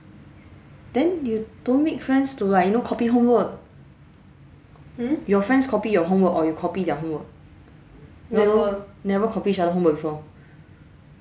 then you don't make friends to like you know copy homework your friends copy your homework or you copy their homework never never copy each other homework before